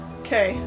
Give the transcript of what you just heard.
okay